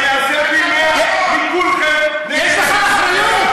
אני עושה פי-מאה, מכולכם, נגד אלימות נגד נשים,